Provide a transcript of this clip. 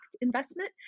investment